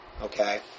Okay